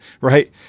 right